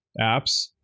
apps